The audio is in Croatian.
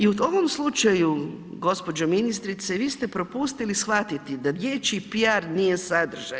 I u ovom slučaju gospođo ministrice vi ste propustili shvatiti da dječji PR nije sadržaj.